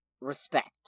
respect